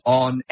on